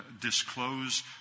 disclose